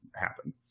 happen